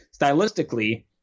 stylistically